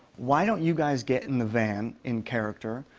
why don't you guys get in the van in character,